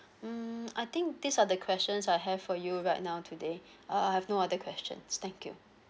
mm I think these are the questions I have for you right now today uh I've no other questions thank you